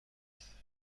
است